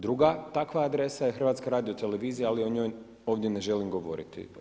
Druga takva adresa je HRT, ali o njoj ovdje ne želim govoriti.